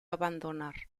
abandonar